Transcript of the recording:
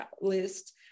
list